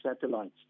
satellites